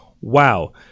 Wow